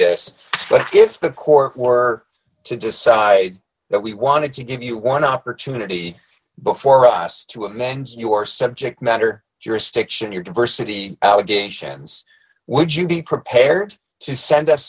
this but if the court were to decide that we wanted to give you one opportunity before us to amend your subject matter jurisdiction your diversity allegations would you be prepared to send us